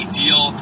deal